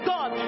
God